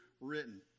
written